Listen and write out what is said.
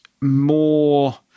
more